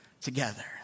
together